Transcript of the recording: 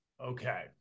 Okay